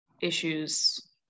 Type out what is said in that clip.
issues